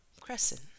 crescent